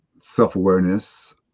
self-awareness